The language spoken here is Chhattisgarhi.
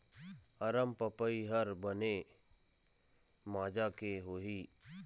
अरमपपई हर बने माजा के होही?